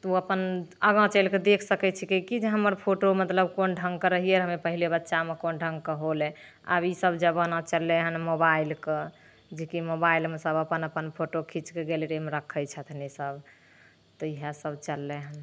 तऽ ओ अपन आगाँ चलिके देखि सकैत छिकै कि जे हमर फोटो मतलब कोन ढङ्गके रहिए हमे पहिले बच्चामे कोन ढङ्गके होलै आब ईसब जमाना चललै हन मोबाइल कऽ जेकि मोबाइलमे सब अपन अपन फोटो खींचके गैलरीमे खैतर छथिन सब तऽ इएह सब चललै हन